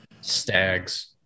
Stags